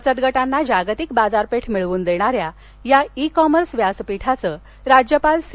बचतगटांना जागतिक बाजारपेठ मिळवून देणाऱ्या या ई कॉमर्स व्यासपीठाचं राज्यपाल सी